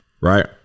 right